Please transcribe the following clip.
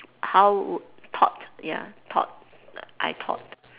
how would~ thought ya thought I thought